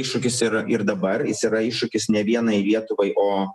iššūkis ir ir dabar jis yra iššūkis ne vienai lietuvai o